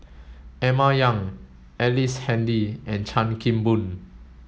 Emma Yong Ellice Handy and Chan Kim Boon